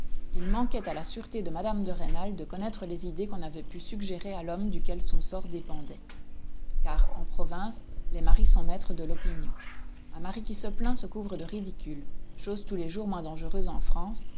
il manquait à la sûreté de mme de rênal de connaître les idées qu'on avait pu suggérer à l'homme duquel son sort dépendait car en province les maris sont maîtres de l'opinion un mari qui se plaint se couvre de ridicule chose tous les jours moins dangereuse en france